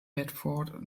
bedford